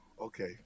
Okay